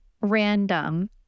random